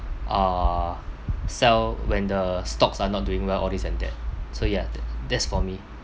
uh sell when the stocks are not doing well all this and that so ya that that's for me